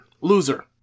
Loser